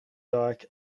dyck